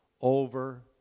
over